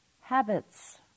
habits